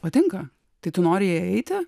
patinka tai tu nori į ją eiti